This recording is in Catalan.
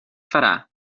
farà